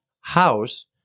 house